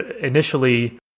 initially